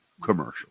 commercial